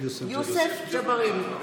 יוסף ג'בארין,